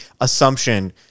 assumption